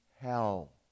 hell